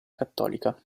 cattolica